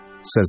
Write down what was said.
says